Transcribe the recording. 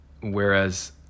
Whereas